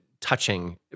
touching